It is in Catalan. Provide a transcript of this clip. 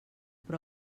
però